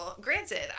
granted